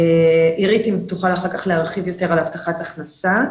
תוכל אח"כ להרחיב יותר על הבטחת הכנסה,